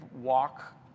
walk